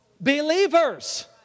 believers